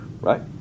right